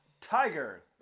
Tiger